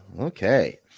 Okay